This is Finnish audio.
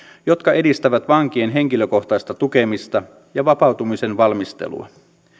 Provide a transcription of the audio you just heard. jotka edistävät vankien henkilökohtaista tukemista ja vapautumisen valmistelua